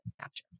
capture